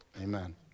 Amen